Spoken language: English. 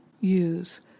use